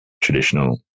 traditional